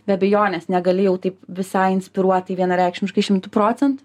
be abejonės negali jau taip visai inspiruoti vienareikšmiškai šimtu procentų